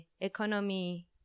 economy